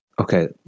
okay